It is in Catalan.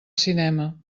cinema